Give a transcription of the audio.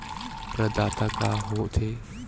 प्रदाता का हो थे?